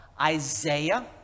Isaiah